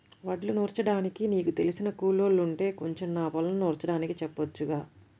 వడ్లు నూర్చడానికి నీకు తెలిసిన కూలోల్లుంటే కొంచెం నా పొలం నూర్చడానికి చెప్పొచ్చుగా